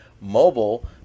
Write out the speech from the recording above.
mobile